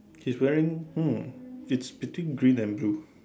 he's wearing hmm it's between green and blue